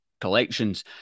collections